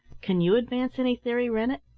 can you advance any theory, rennett?